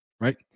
Right